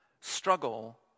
struggle